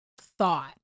thought